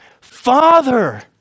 Father